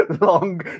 long